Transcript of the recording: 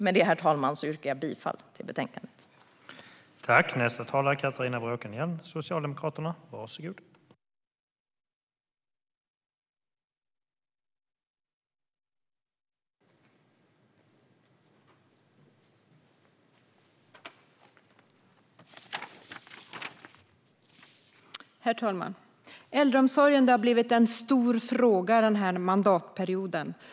Med detta, herr talman, yrkar jag bifall till utskottets förslag.